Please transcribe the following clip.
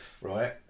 right